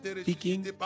speaking